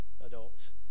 adults